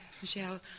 Michelle